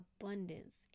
abundance